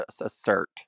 assert